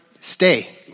stay